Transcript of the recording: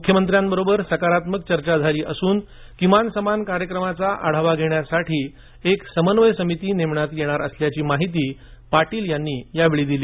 मुख्यमंत्र्यांबरोबर सकारात्मक चर्चा झाली झाली असून किमान समान कार्यक्रमाचा आढावा घेण्यासाठी एक समन्वय समिती नेमण्यात येणार असल्याची माहिती पाटील यांनी यावेळी दिली